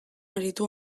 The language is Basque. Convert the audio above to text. aritu